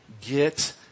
Get